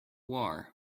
war